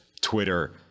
Twitter